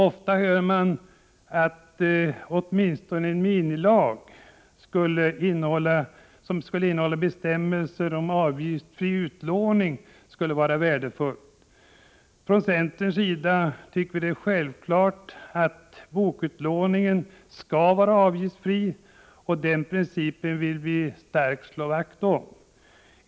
Ofta talas det om att åtminstone en minilag, som skulle innehålla bestämmelser om avgiftsfri utlåning, skulle vara värdefull. Från centerns sida tycker vi att det är självklart att bokutlåningen skall vara avgiftsfri, och den principen vill vi starkt slå vakt om.